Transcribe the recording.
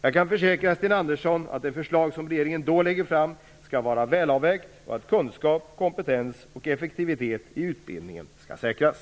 Jag kan försäkra Sten Andersson att det förslag som regeringen då lägger fram skall vara välavvägt och att kunskap, kompetens och effektivitet i utbildningen skall säkras.